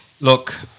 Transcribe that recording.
Look